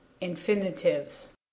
infinitives